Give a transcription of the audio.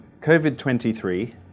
COVID-23